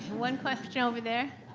one question over there.